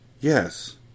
Yes